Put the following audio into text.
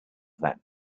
that